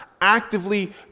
actively